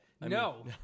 No